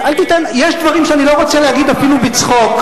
יש דברים שאני לא רוצה להגיד אפילו בצחוק,